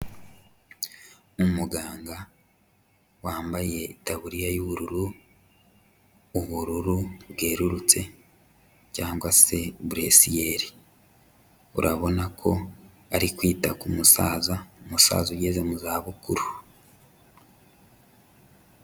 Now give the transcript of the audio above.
Umuganga wambaye itaburiya y'ubururu, ubururu bwerurutse cyangwa se bleu ciel, urabona ko ari kwita ku musaza, umusaza ugeze mu zabukuru.